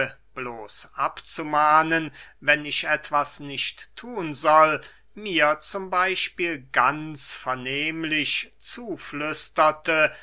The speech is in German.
bloß abzumahnen wenn ich etwas nicht thun soll mir z b ganz vernehmlich zuflüsterte